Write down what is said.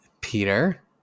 Peter